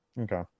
Okay